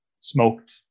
smoked